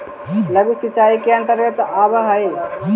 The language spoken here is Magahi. लघु सिंचाई के अंतर्गत का आव हइ?